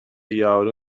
یارو